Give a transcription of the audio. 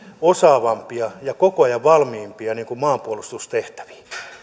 osaavampia ja koko ajan valmiimpia maanpuolustustehtäviin